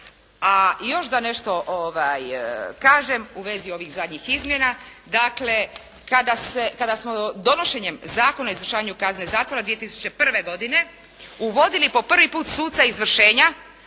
A još da nešto kažem u vezi ovih zadnjih izmjena. Dakle kada smo donošenjem Zakona o izvršenju kazne zatvora od 2001. godine uvodili po prvi put suca izvršenja,